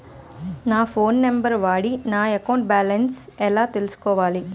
నా phone number వాడి నా అకౌంట్ బాలన్స్ ఎలా తెలుసుకోవాలి?